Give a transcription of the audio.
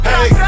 Hey